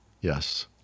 Yes